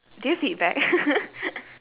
did you feedback